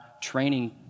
training